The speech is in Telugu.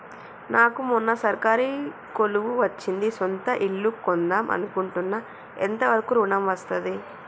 నాకు మొన్న సర్కారీ కొలువు వచ్చింది సొంత ఇల్లు కొన్దాం అనుకుంటున్నా ఎంత వరకు ఋణం వస్తది?